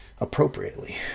appropriately